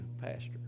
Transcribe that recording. pastor